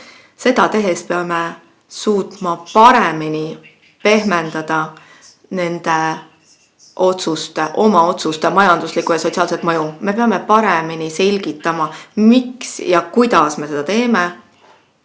Seda tehes peame suutma paremini pehmendada oma otsuste majanduslikku ja sotsiaalset mõju. Me peame paremini selgitama, miks ja kuidas me seda teeme